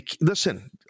listen